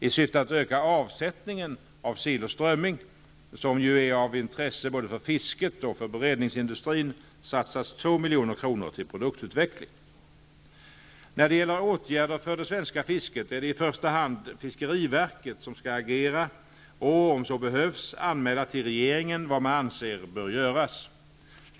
I syfte att öka avsättningen av sill/strömming, som ju är av intresse både för fisket och för beredningsindustrin, satsas 2 milj.kr. till produktutveckling. När det gäller åtgärder för det svenska fisket är det i första hand fiskeriverket som skall agera och, om så behövs, anmäla till regeringen vad man anser bör göras.